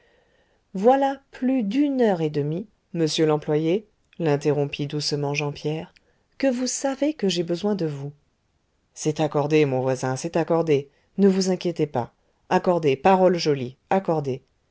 voilà plus d'une heure et demie monsieur l'employé l'interrompit doucement jean pierre que vous savez que j'ai besoin de vous c'est accordé mon voisin c'est accordé ne vous inquiétez pas accordé parole jolie accordé